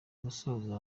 gusoza